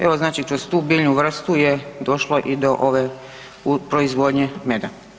Evo znači kroz tu biljnu vrstu je došlo i do ove proizvodnje meda.